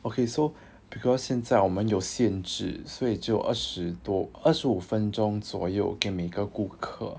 okay so because 现在我们有限制所以就二十多二十五分钟左右给每个顾客